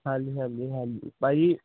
ਹਾਂਜੀ ਹਾਂਜੀ ਹਾਂਜੀ ਭਾਜੀ